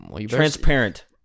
transparent